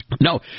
No